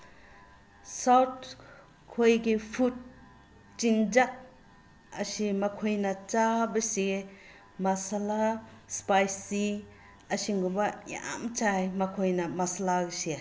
south ꯈꯣꯏꯒꯤ ꯐꯨꯠ ꯆꯤꯟꯖꯥꯛ ꯑꯁꯦ ꯃꯈꯣꯏꯅ ꯆꯥꯕꯁꯦ ꯃꯁꯂꯥ ꯏꯁꯄꯥꯏꯁꯤ ꯑꯁꯤꯒꯨꯝꯕ ꯌꯥꯝ ꯆꯥꯏ ꯃꯈꯣꯏꯅ ꯃꯁꯂꯥꯁꯦ